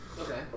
Okay